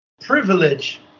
privilege